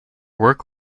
work